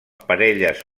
parelles